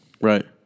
Right